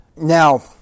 Now